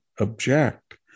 object